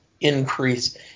increase